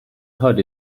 hood